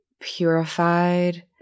purified